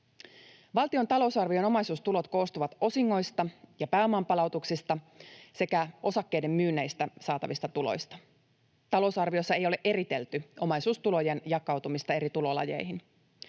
Valtion talousarvion omaisuustulot koostuvat osingoista ja pääomanpalautuksista sekä osakkeiden myynneistä saatavista tuloista. Talousarviossa ei ole eritelty omaisuustulojen jakautumista eri tulolajeihin.